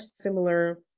similar